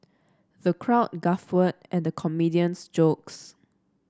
the crowd guffawed at the comedian's jokes